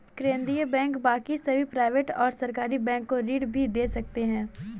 केन्द्रीय बैंक बाकी सभी प्राइवेट और सरकारी बैंक को ऋण भी दे सकते हैं